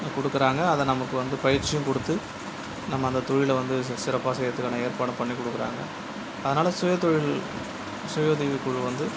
கொடுக்குறாங்க அதை நமக்கு வந்து பயிற்சியும் கொடுத்து நம்ம அந்த தொழிலில் வந்து சிறப்பாக செய்யுறதுக்கான ஏற்பாடும் பண்ணி கொடுக்குறாங்க அதனால் சுய தொழில் சுய உதவி குழு வந்து